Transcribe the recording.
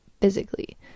physically